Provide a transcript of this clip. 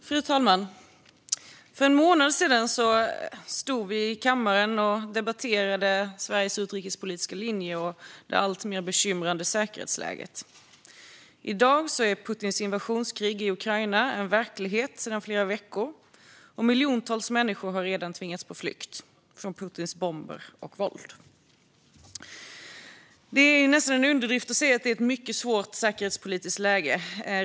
Fru talman! För en månad sedan debatterade vi i kammaren Sveriges utrikespolitiska linje och det alltmer bekymrande säkerhetsläget. I dag är Putins invasionskrig i Ukraina en verklighet sedan flera veckor, och miljontals människor har redan tvingats på flykt från Putins bomber och våld. Det är närmast en underdrift att säga att det är ett mycket svårt säkerhetspolitiskt läge.